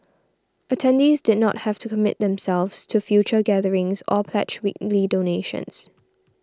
attendees did not have to commit themselves to future gatherings or pledge weekly donations